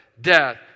death